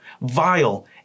vile